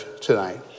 tonight